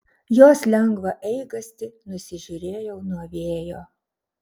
jos lengvą eigastį nusižiūrėjau nuo vėjo